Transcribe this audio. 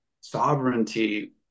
sovereignty